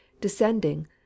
descending